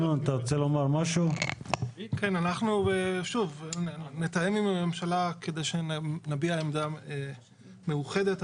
--- אנחנו נתאם עם הממשלה כדי שנביע עמדה מאוחדת,